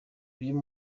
uyu